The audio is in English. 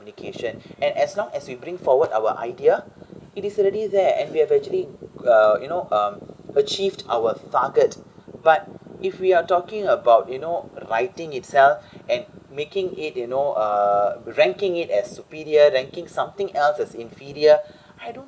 communication and as long as we bring forward our idea it is already there and we have actually uh you know um achieved our target but if we are talking about you know writing itself and making it you know( uh) ranking it as superior ranking something else as inferior I don't